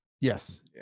yes